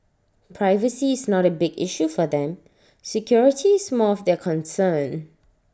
privacy is not A big issue for them security is more of their concern